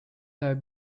have